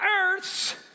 earths